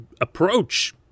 approach